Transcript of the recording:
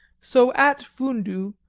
so at fundu,